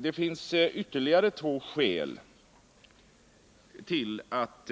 Det finns ytterligare två skäl till att